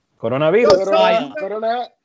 Coronavirus